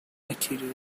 material